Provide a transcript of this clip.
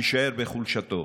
יישאר בחולשתו.